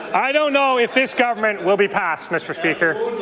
i don't know if this government will be passed, mr. speaker.